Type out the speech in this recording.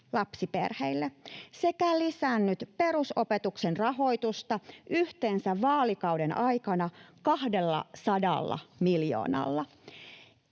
lapsiperheille, sekä lisännyt perusopetuksen rahoitusta yhteensä vaalikauden aikana 200 miljoonalla.